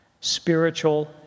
Spiritual